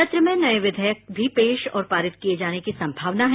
सत्र में नये विधेयक भी पेश और पारित किये जाने की संभावना है